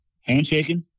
handshaking